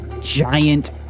giant